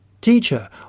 Teacher